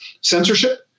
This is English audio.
censorship